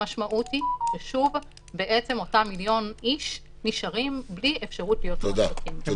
המשמעות היא שאותם מיליון איש נשארים בלי אפשרות להיות מועסקים.